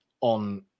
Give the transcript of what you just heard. on